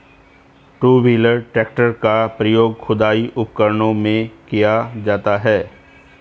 to wheeler tractor का प्रयोग खुदाई उपकरणों में किया जाता हैं